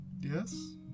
Yes